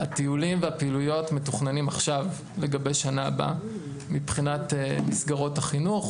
הטיולים והפעילויות מתוכננים עכשיו לגבי שנה הבאה מבחינת מסגרות החינוך,